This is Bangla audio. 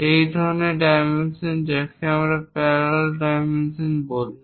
এই ধরনের ডাইমেনশন যাকে আমরা প্যারালাল ডাইমেনশন বলি